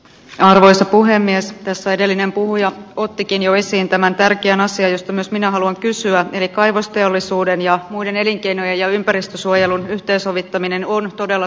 arvoisa puhemies tässä edellinen puhuja ottikin joisin tämän tärkeän asia josta myös minä haluan kysyä eli kaivosteollisuuden ja muiden elinkeino ja ympäristösuojelun yhteensovittaminen on todella